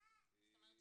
זאת אומרת,